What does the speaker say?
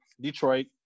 Detroit